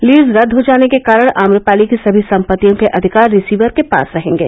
lease रद्द हो जाने के कारण आम्रपाली की सभी सम्पत्तियों के अधिकार रिसीवर के पास रहेंगे